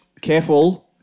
Careful